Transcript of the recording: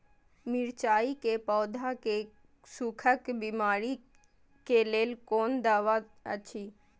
मिरचाई के पौधा के सुखक बिमारी के लेल कोन दवा अछि?